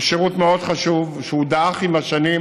הוא שירות מאוד חשוב שדעך עם השנים,